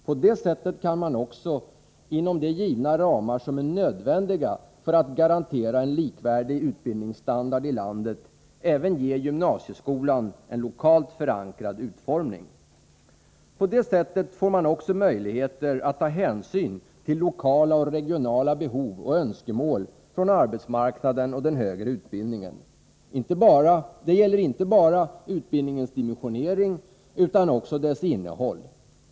På det sättet kan man också, inom de givna ramar som är nödvändiga för att garantera en likvärdig utbildningsstandard i landet, ge även gymnasieskolan en lokalt förankrad utformning. På det sättet får man också möjligheter att ta hänsyn till lokala och regionala behov och önskemål från arbetsmarknaden och den högre utbildningen. Detta gäller inte bara utbildningens dimensionering, utan också dess innehåll.